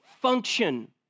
function